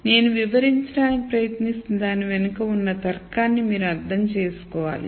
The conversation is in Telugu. నేను వివరించడానికి ప్రయత్నిస్తున్న దాని వెనుక ఉన్న తర్కాన్ని మీరు అర్థం చేసుకోవాలి